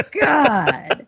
god